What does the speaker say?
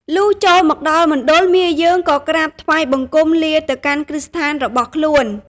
លុះចូលមកដល់មណ្ឌល មាយើងក៏ក្រាបថ្វាយបង្គំលាទៅកាន់គ្រឹះស្ថានរបស់ខ្លួន។